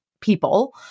people